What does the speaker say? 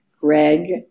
Greg